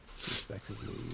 respectively